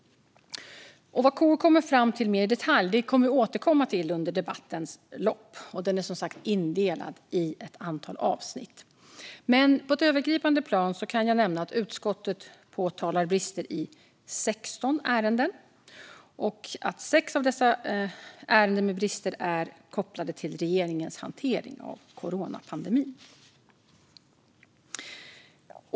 Vad KU kommit fram till mer i detalj återkommer vi till under debatten, som är indelad i ett antal avsnitt. På ett övergripande plan kan jag nämna att utskottet påtalar brister i 16 ärenden och att 6 av dessa ärenden avser brister kopplade till regeringens hantering av coronapandemin.